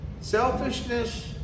Selfishness